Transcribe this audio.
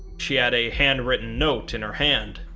she had a handwritten note in her hand,